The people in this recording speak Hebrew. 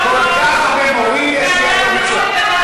כל כך הרבה, יש בקואליציה.